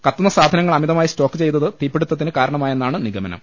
കത്തുന്ന സാധനങ്ങൾ അമിതമായി സ്റ്റോക്ക് ചെയ്തത് തീപിടുത്തത്തിന് കാരണമായെന്നാണ് നിഗമനം